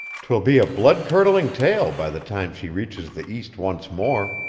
twill be a blood-curdling tale by the time she reaches the east once more.